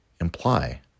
imply